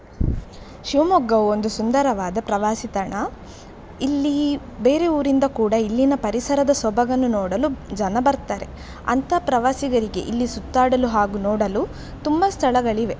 ಶಿವಮೊಗ್ಗವು ಒಂದು ಸುಂದರವಾದ ಪ್ರವಾಸಿ ತಾಣ ಇಲ್ಲಿ ಬೇರೆ ಊರಿಂದ ಕೂಡ ಇಲ್ಲಿನ ಪರಿಸರದ ಸೊಬಗನ್ನು ನೋಡಲು ಜನ ಬರ್ತಾರೆ ಅಂಥ ಪ್ರವಾಸಿಗರಿಗೆ ಇಲ್ಲಿ ಸುತ್ತಾಡಲು ಹಾಗೂ ನೋಡಲು ತುಂಬ ಸ್ಥಳಗಳಿವೆ